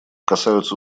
касаются